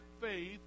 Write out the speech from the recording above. faith